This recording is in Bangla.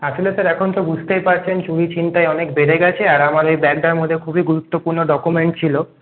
আসলে স্যার এখন তো বুঝতেই পারছেন চুরি ছিনতাই অনেক বেড়ে গেছে আর আমার ওই ব্যাগটার মধ্যে খুবই গুরুত্বপূর্ণ ডকুমেন্ট ছিল